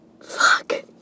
fuck